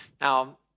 Now